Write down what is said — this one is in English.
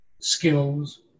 skills